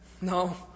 No